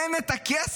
אין את הכסף,